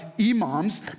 imams